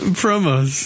promos